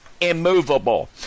immovable